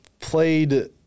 played